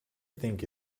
think